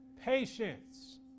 patience